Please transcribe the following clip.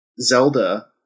Zelda